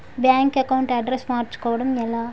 Bank account address మార్చుకోవడం ఎలా?